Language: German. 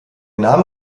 name